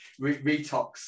retox